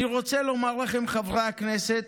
אני רוצה לומר לכם, חברי הכנסת,